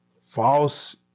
False